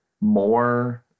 more